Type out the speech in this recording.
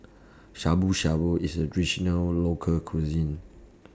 Shabu Shabu IS A Traditional Local Cuisine